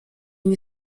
nie